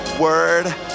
word